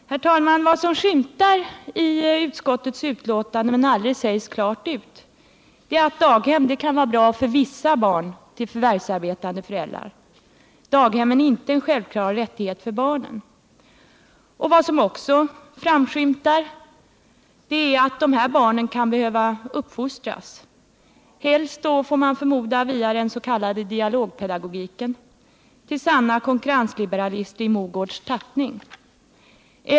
Herr talman! Vad som framskymtar i utskottets betänkande men aldrig sägs klart ut är att daghem är något som kan vara bra för vissa barn till förvärvsarbetande föräldrar. Daghemmen är alltså inte en självklar rättighet för barnen. Vad som också framskymtar är att dessa barn kan behöva uppfostras — helst, får man förmoda, via den s.k. dialogpedagogiken =— till sanna konkurrensliberalister i Mogårdsk tappning.